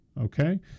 okay